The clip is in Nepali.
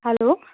हेलो